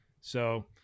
So-